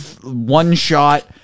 one-shot